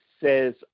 says